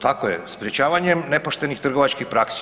Tako je, sprječavanjem nepoštenih trgovačkih praksi.